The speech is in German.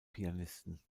pianisten